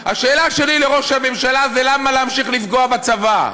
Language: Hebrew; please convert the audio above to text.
השאלה שלי לראש הממשלה היא למה להמשיך לפגוע בצבא.